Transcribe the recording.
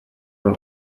bei